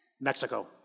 Mexico